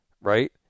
Right